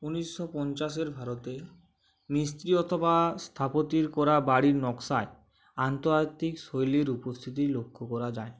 উনিশশো পঞ্চাশের ভারতে মিস্ত্রি অথবা স্থাপতির করা বাড়ির নকশায় আন্তর্জাতিক শৈলীর উপস্থিতি লক্ষ্য করা যায়